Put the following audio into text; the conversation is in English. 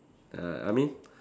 uh I mean